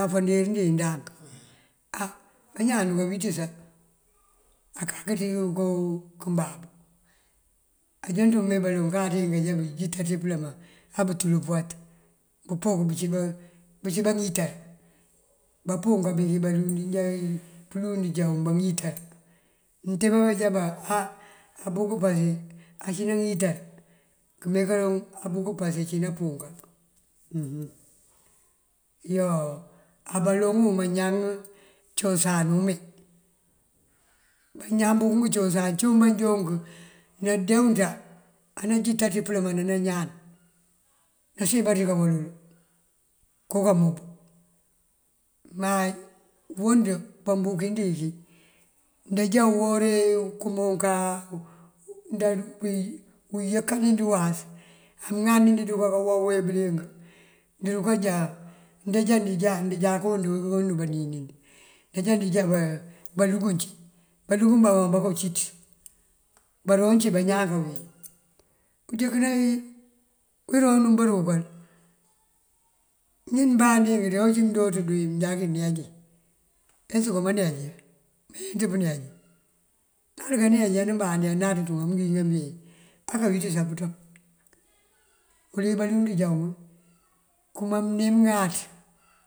Unáfáririn wí ngank, á bañaan aduka wítesa akak ţí ngënko kumbabú. Ajënţúme baloŋ kateenk aja bëjita ţí pëlëma abutul puwat bëpok bëncí baŋitar, bampunk bukun balund já plund jabukun baŋitar. Mëntee banjá á abuk pase ací naŋitar këmee kaloŋ abuk pase ací nampunka uhum iyoo. Á baloŋ wuma ñaŋ cosan umee bañaŋ bunkum cusan cíwun banjonk nadewunta ananjita ţí pëlëmananañan nasiyën baţí ká wël, kooko kamob. Má wund bambukind iyiki ndajá uwora wí unkëmunkáa uyënkanid uwas amëŋandin ruka kawobe bëliyëng ndërukanjá ndanjá ndënjákund und banínind ndajá ndëjá ba balungum cí balugum bakan bako cíţ, baroncí bañaan kawín. Unjënkëna wí roonu bërëkël njí bandiyink tí awci mëjooţ duwin mëjakin neeji esëka má neejiya mayenţ pëneejiya? Ŋal kaneej andë bandi anatëţun amëgiŋan been akawiţësa pënţëp. Wul wi balund já wun kuma mënim ŋáaţ.